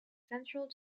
central